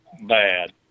bad